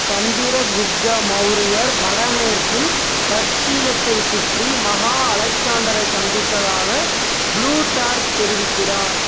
சந்திரகுப்த மௌரியர் வடமேற்கில் தட்சசீலத்தைச் சுற்றி மகா அலெக்ஸாண்டரை சந்தித்ததாக ப்ளூடார்ச் தெரிவிக்கிறார்